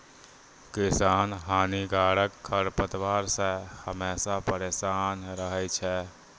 किसान हानिकारक खरपतवार से हमेशा परेसान रहै छै